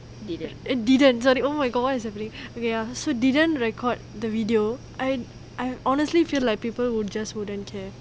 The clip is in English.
didn't sorry oh my god what is happening oh ya so didn't record the video I I honestly feel like people will just wouldn't care